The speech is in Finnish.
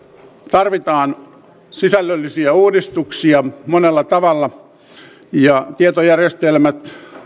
tarvitaan sisällöllisiä uudistuksia monella tavalla ja tietojärjestelmät